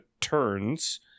turns